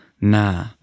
nah